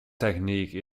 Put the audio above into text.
technique